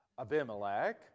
Abimelech